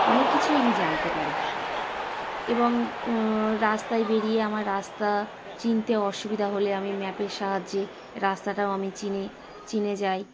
অনেক কিছুই আমি জানতে পারি এবং রাস্তায় বেরিয়ে আমার রাস্তা চিনতে অসুবিধা হলে আমি ম্যাপের সাহায্যে রাস্তাটাও আমি চিনে চিনে যাই